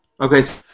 Okay